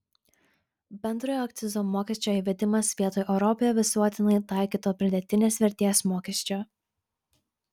bendrojo akcizo mokesčio įvedimas vietoj europoje visuotinai taikyto pridėtinės vertės mokesčio